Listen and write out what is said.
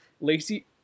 Lacey